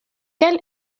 quel